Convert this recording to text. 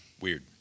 weird